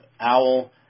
OWL